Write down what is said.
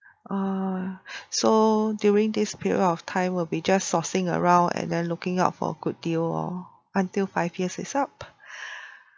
orh so during this period of time will be just sourcing around and then looking out for a good deal orh until five years is up